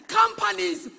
companies